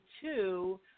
two